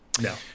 No